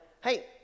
hey